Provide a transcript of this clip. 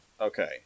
Okay